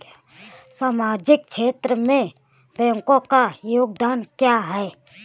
सामाजिक क्षेत्र में बैंकों का योगदान क्या है?